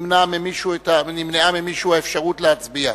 שנמנעה ממנו האפשרות להצביע.